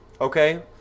Okay